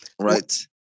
right